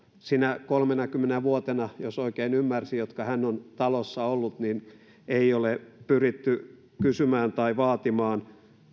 sinä kolmenakymmenenä vuotena jos oikein ymmärsin jotka hän on talossa ollut ei ole pyritty kysymään tai vaatimaan